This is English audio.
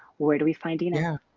where do we find dina?